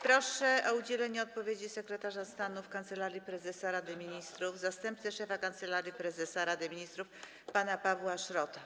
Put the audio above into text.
Proszę o udzielenie odpowiedzi sekretarza stanu w Kancelarii Prezesa Rady Ministrów, zastępcę szefa Kancelarii Prezesa Rady Ministrów pana Pawła Szrota.